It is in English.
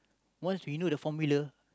once we know the formula